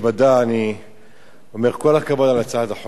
אני אומר: כל הכבוד על הצעת החוק שלך.